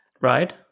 Right